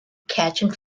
catching